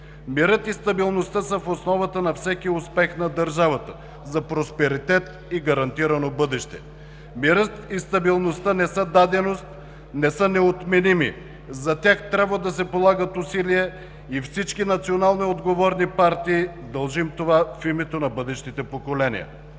Мирът и стабилността са в основата на всеки успех на държавата за просперитет и гарантирано бъдеще. Мирът и стабилността не са даденост, не са неотменими, за тях трябва да се полагат усилия и всички национално отговорни партии дължим това в името на бъдещите поколения.